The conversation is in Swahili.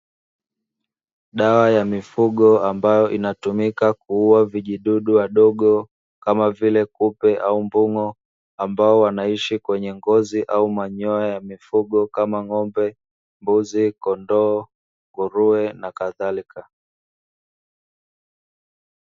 Dawa ya mifugo amabayo inatumika kuuwa vijidudu wadogo, kama vile; kupe au mbung'o, ambao wanaishi kwenye ngozi au manyoya ya mifugo kama: ng'ombe, mbuzi, kondoo, nguruwe na kadhalika.